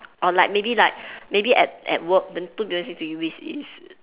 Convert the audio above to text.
or like maybe like maybe at at work the two person next to you is is